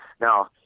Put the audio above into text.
now